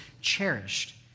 cherished